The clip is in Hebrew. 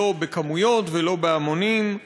לא בכמויות ולא בהמונים,